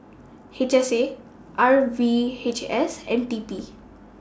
H S A R V H S and T P